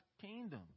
kingdom